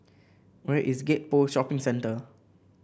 where is Gek Poh Shopping Centre